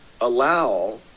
allow